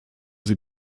sie